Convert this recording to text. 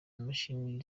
imashini